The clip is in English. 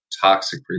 toxic